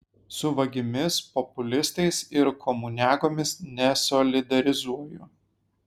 su vagimis populistais ir komuniagomis nesolidarizuoju